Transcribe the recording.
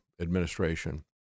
administration